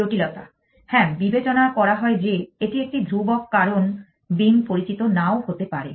জটিলতা হ্যাঁ বিবেচনা করা হয় যে এটি একটি ধ্রুবক কারণ বীম পরিচিত নাও হতে পারে